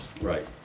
Right